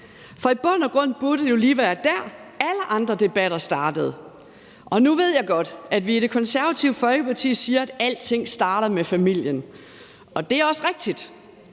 For i bund og grund burde det jo lige være dér, alle andre debatter startede. Nu ved jeg godt, at vi i Det Konservative Folkeparti siger, at alting starter med familien. Det er også rigtigt,